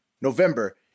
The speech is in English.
November